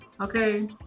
okay